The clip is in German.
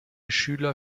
schüler